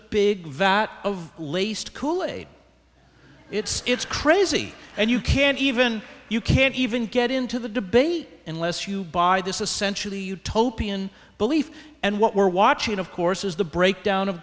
big vat of laced kool aid it's it's crazy and you can't even you can't even get into the debate unless you buy this essentially utopian belief and what we're watching of course is the breakdown of